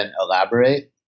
elaborate